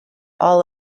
all